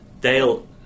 Dale